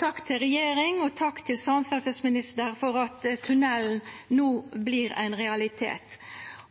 Takk til regjeringa og takk til samferdselsministeren for at tunnelen no vert ein realitet.